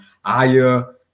higher